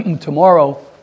tomorrow